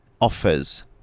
offers